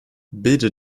bilde